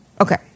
okay